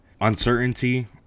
uncertainty